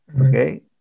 Okay